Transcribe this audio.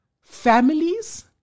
families